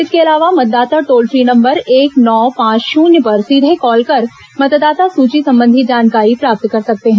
इसके अलावा मतदाता टोल फ्री नंबर एक नौ पांच शून्य पर सीधे कॉल कर मतदाता सूची संबंधी जानकारी प्राप्त कर सकते हैं